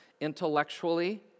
intellectually